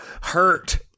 hurt